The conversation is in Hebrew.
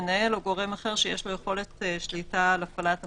מנהל או גורם אחר שיש לו יכולת שליטה על הפעלת המקום.